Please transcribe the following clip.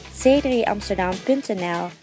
c3amsterdam.nl